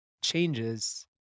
changes